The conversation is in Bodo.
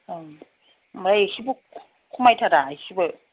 औ ओमफ्राय एसेबो खमायथारा एसेबो